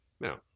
now